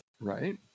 right